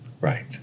Right